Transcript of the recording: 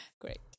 Great